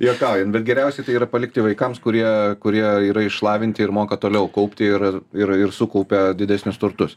juokaujam bet geriausia tai yra palikti vaikams kurie kurie yra išlavinti ir moka toliau kaupti ir ir ir sukaupia didesnius turtus